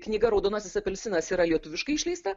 knyga raudonasis apelsinas yra lietuviškai išleista